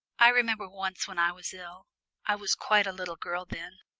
i remember once when i was ill i was quite a little girl then,